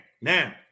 now